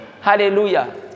Hallelujah